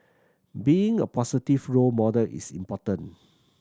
being a positive role model is important